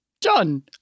John